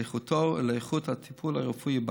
לאיכותו ולאיכות הטיפול הרפואי בה.